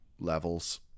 levels